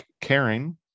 caring